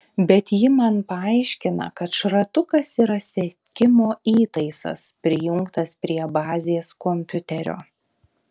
bet ji man paaiškina kad šratukas yra sekimo įtaisas prijungtas prie bazės kompiuterio